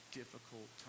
difficult